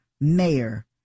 mayor